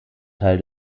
teil